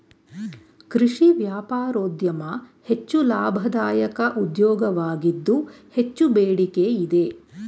ಕೃಷಿ ವ್ಯಾಪಾರೋದ್ಯಮ ಹೆಚ್ಚು ಲಾಭದಾಯಕ ಉದ್ಯೋಗವಾಗಿದ್ದು ಹೆಚ್ಚು ಬೇಡಿಕೆ ಇದೆ